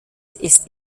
ist